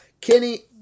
Kenny